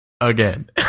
Again